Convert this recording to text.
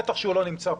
בטח כשהוא לא נמצא כאן.